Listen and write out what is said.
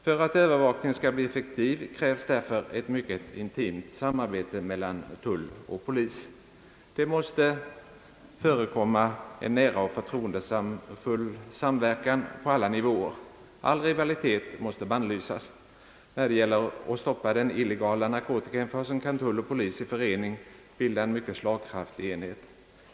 För att övervakningen skall bli effektiv krävs därför ett mycket intimt samarbete mellan tull och polis. Det måste förekomma en nära och förtroendefull samverkan på alla nivåer. All rivalitet måste bannlysas. När det gäller att stoppa den illegala narkotikainförseln kan tull och polis i förening bilda en mycket slagkraftig enhet.